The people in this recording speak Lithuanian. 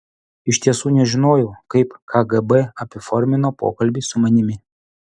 iš tiesų nežinojau kaip kgb apiformino pokalbį su manimi